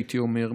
הייתי אומר,